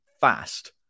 fast